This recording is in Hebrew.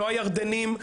לא הירדנים,